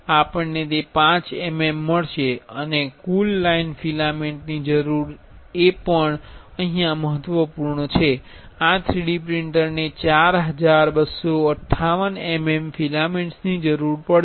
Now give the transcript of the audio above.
આપણને તે 5 mm મળશે અને કુલ લાઇન ફિલામેન્ટ ની જરૂર એ પણ અહીયા મહત્વપૂર્ણ છે આ 3D પ્રિન્ટિંગને 4258 mm ફિલેમેન્ટ્સની જરૂર પડશે